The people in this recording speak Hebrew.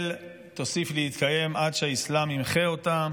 ישראל תוסיף להתקיים עד שהאסלאם ימחה אותה.